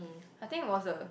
I think it was a